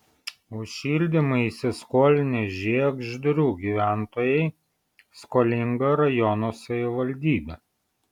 už šildymą įsiskolinę žiegždrių gyventojai skolinga rajono savivaldybė